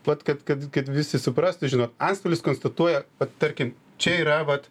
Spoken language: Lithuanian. vat kad kad kad visi suprastų žinot antstolis konstatuoja vat tarkim čia yra vat